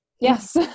Yes